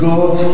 God